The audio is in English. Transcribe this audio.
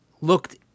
looked